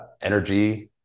energy